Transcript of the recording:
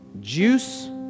Juice